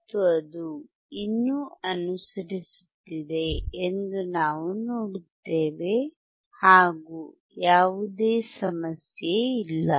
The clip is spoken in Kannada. ಮತ್ತು ಅದು ಇನ್ನೂ ಅನುಸರಿಸುತ್ತಿದೆ ಎಂದು ನಾವು ನೋಡುತ್ತೇವೆ ಹಾಗು ಯಾವುದೇ ಸಮಸ್ಯೆ ಇಲ್ಲ